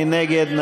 מי נגד?